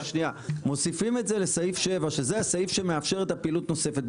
שזה הסעיף שמאפשר את הפעילות הנוספת,